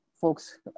folks